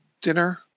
dinner